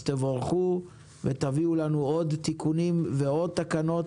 תבורכו ותביאו לנו עוד תיקונים ועוד תקנות